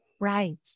Right